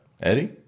Eddie